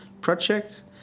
project